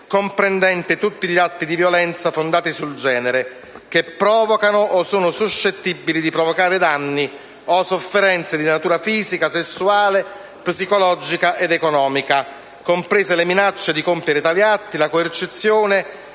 comprendente tutti gli atti di violenza fondati sul genere che provocano o sono suscettibili di provocare danni o sofferenze di natura fisica, sessuale, psicologica o economica, comprese le minacce di compiere tali atti, la coercizione